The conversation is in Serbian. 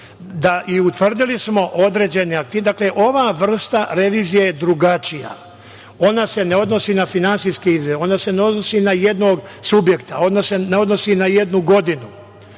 i utvrdili smo određene aktivnosti, ova vrsta revizije je drugačija. Ona se ne odnosi na finansijske izveštaje, ona se ne odnosi na jednog subjekta, ona se ne odnosi na jednu godinu.